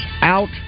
out